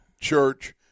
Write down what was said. church